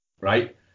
Right